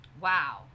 Wow